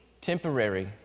temporary